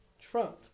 Trump